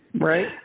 right